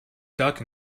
duck